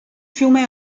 fiume